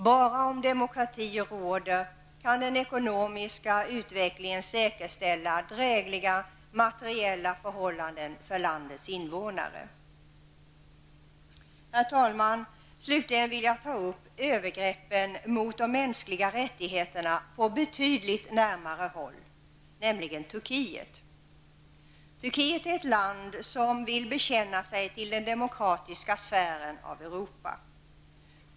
Bara om demokrati råder kan den ekonomiska utvecklingen säkerställa drägliga materiella förhållanden för landets invånare. Herr talman! Slutligen vill jag ta upp övergreppen mot de mänskliga rättigheterna på betydligt närmare håll, nämligen i Turkiet. Turkiet är ett land som vill bekänna sig till den demokratiska sfären av Europa.